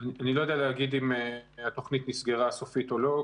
אני לא יודע להגיד אם התוכנית נסגרה סופית או לא.